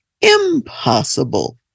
impossible